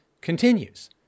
continues